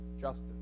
justice